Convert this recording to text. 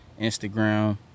Instagram